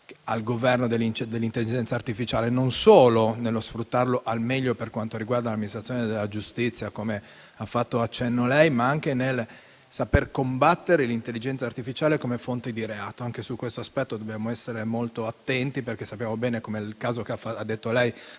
al governo dell'intelligenza artificiale, non solo sfruttandola al meglio per quanto riguarda l'amministrazione della giustizia, come ha accennato lei, ma anche nel saper combattere l'intelligenza artificiale come fonte di reato. Anche su questo aspetto dobbiamo essere molto attenti, perché sappiamo bene, come il caso del